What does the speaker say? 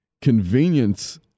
convenience